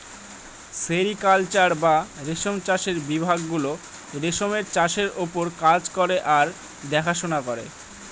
sericulture বা রেশম চাষের বিভাগ গুলো রেশমের চাষের ওপর কাজ করে আর দেখাশোনা করে